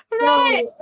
right